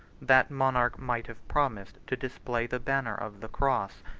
that monarch might have promised to display the banner of the cross,